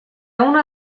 una